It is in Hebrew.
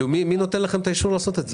מי נותן לכם את האישור לעשות את זה?